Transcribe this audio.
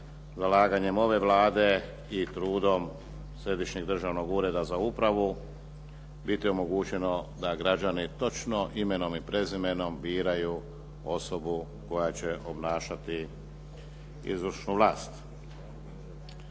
zalaganjem ove Vlade i trudom Središnjeg državnog Ureda za upravu biti omogućeno da građani točno imenom i prezimenom biraju osobu koja će obnašati izvršnu vlast.